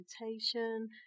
meditation